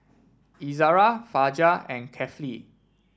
Izara Fajar and Kefli